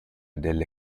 delle